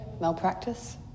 malpractice